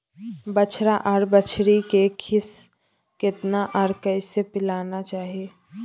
बछरा आर बछरी के खीस केतना आर कैसे पिलाना चाही?